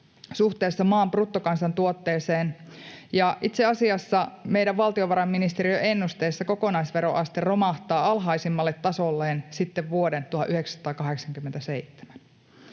suhteessa maan bruttokansantuotteeseen, ja itse asiassa meidän valtiovarainministeriön ennusteessa kokonaisveroaste romahtaa alhaisimmalle tasolleen sitten vuoden 1987.